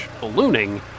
ballooning